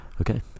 Okay